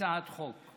הצעת חוק.